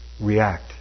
react